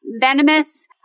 venomous